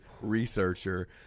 researcher